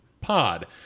pod